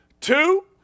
Two